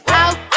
out